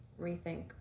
rethink